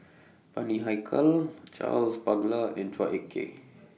Bani Haykal Charles Paglar and Chua Ek Kay